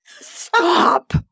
Stop